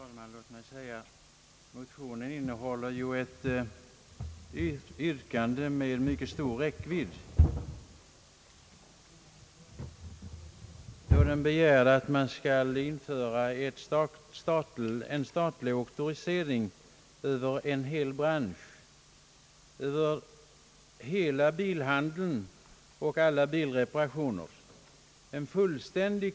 Herr talman! Motionen innehåller ju ett yrkande med mycket stor räckvidd, då man begär införande av en statlig auktorisering med fullständig kontroll över hela bilhandeln och alla bilreparationer.